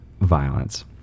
violence